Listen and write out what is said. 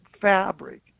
fabric